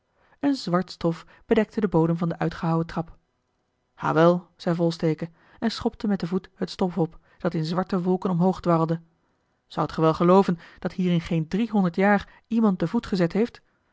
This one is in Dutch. een zwart stof bedekte den bodem van de uitgehouwen trap awel zei volsteke en schopte met den voet het stof op dat in zwarte wolken omhoog dwarrelde zoudt ge wel gelooven dat hier in geen driehonderd jaar iemand den voet gezet heeft